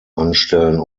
anstellen